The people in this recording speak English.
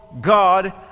God